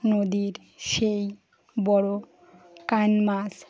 নদীর সেই বড়ো কানমাস